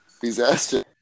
Disaster